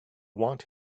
want